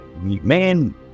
man